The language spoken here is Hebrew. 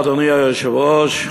אדוני היושב-ראש,